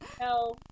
No